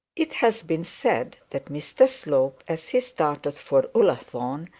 it has been said that mr slope, as he started for ullathorne,